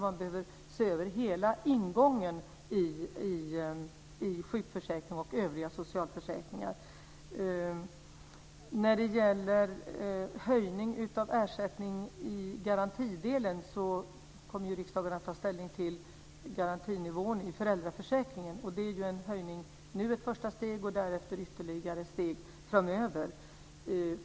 Man behöver därför se över hela ingången i sjukförsäkringen och övriga socialförsäkringar. När det gäller höjning av ersättningen i garantidelen kommer riksdagen att ta ställning till garantinivån i föräldraförsäkringen, och det innebär en höjning, ett första steg nu och därefter ytterligare steg framöver.